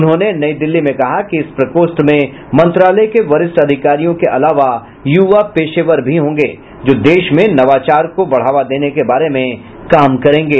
उन्होंने नई दिल्ली में कहा कि इस प्रकोष्ठ में मंत्रालय के वरिष्ठ अधिकारियों के अलावा युवा पेशेवर भी होंगे जो देश में नवाचार को बढ़ावा देने के बारे में काम करेंगे